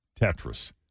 Tetris